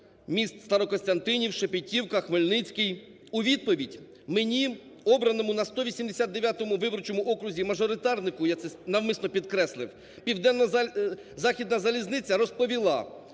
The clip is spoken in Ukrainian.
міст Старокостянтинів, Шепетівка, Хмельницький. У відповідь мені, обраному на 189 виборчому окрузі мажоритарнику, я це навмисно підкреслив, Південно-Західна залізниця розповіла